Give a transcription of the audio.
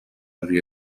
روی